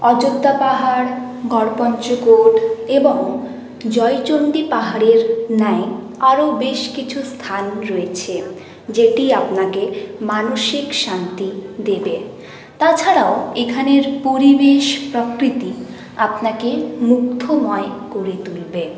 অযোধ্যা পাহাড় গরপঞ্ছকোট এবং জয়চণ্ডী পাহাড়ের ন্যায় আরও বেশ কিছু স্থান রয়েছে যেটি আপনাকে মানসিক শান্তি দেবে তাছাড়াও এখানের পরিবেশ প্রকৃতি আপনাকে মুগ্ধময় করে তুলবে